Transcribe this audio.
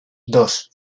dos